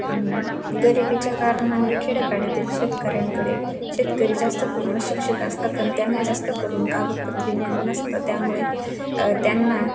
आणि गरिबीच्या कारणामुळे खेड्यापाड्यातील शेतकऱ्यांकडे शेतकरी जास्त करून अशिक्षित असतात आणि त्यांना जास्त करून कागदपत्री ज्ञान नसतं त्यामुळे त्यांना